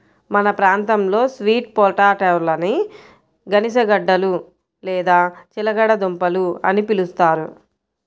మన ప్రాంతంలో స్వీట్ పొటాటోలని గనిసగడ్డలు లేదా చిలకడ దుంపలు అని పిలుస్తారు